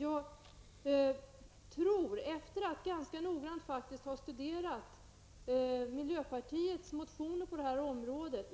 Jag tror dock, efter att noggrant ha studerat miljöpartiets motioner på detta område,